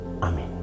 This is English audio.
Amen